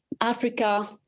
Africa